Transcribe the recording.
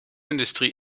industrie